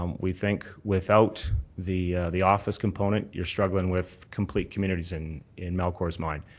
um we think without the the office component you're struggling with complete communities in in melcor's mind.